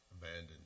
abandoned